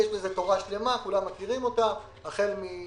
יש בזה תורה שלמה, כולם מכירים אותה, החל מן